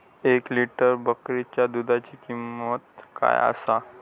एक लिटर बकरीच्या दुधाची किंमत काय आसा?